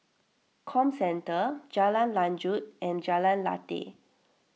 Comcentre Jalan Lanjut and Jalan Lateh